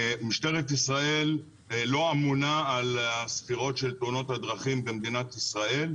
משטרת ישראל אינה אמונה על הספירות של תאונות הדרכים במדינת ישראל,